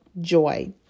joy